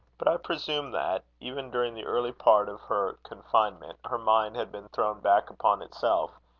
but i presume that, even during the early part of her confinement, her mind had been thrown back upon itself,